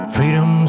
Freedom